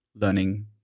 learning